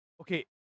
okay